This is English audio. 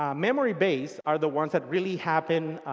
ah memory base are the ones that really happen